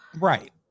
Right